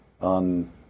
on